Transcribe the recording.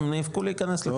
הם נאבקו להיכנס לזה,